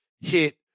hit